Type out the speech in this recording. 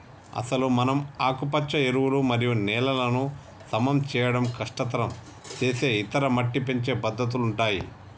అసలు మనం ఆకుపచ్చ ఎరువులు మరియు నేలలను సమం చేయడం కష్టతరం సేసే ఇతర మట్టి పెంచే పద్దతుల ఉంటాయి